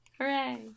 hooray